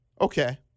Okay